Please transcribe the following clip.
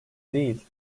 değil